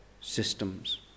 systems